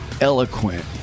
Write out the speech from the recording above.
eloquent